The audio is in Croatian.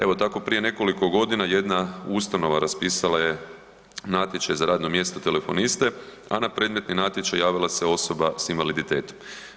Evo, tako prije nekoliko godina jedna ustanova raspisala je natječaj za radno mjesto telefoniste, a na predmetni natječaj javila se osoba s invaliditetom.